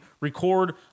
record